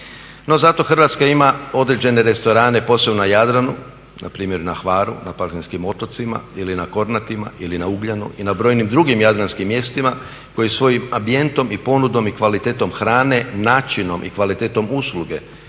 zato Hrvatska ima određene restorane, posebno na Jadranu, npr. na Hvaru, na Paklenskim otocima ili na Kornatima ili na Ugljanu i na brojnim drugim jadranskim mjestima koji svojim ambijentom, ponudom i kvalitetom hrane, načinom i kvalitetom usluge